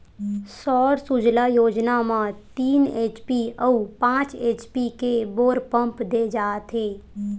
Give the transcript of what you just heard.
सौर सूजला योजना म तीन एच.पी अउ पाँच एच.पी के बोर पंप दे जाथेय